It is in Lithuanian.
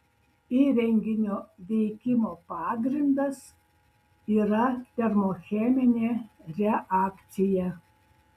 įrenginio veikimo pagrindas yra termocheminė reakcija